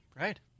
Right